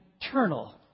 eternal